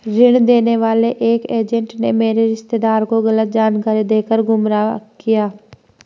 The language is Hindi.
ऋण देने वाले एक एजेंट ने मेरे रिश्तेदार को गलत जानकारी देकर गुमराह किया